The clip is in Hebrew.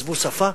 עזבו שפה,